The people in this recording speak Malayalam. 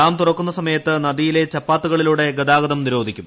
ഡാം തുറക്കുന്ന സമയത്ത് നദിയിലെ ചപ്പാത്തുകളിലൂടെ ഗതാഗതം നിരോധിക്കും